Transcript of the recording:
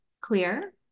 clear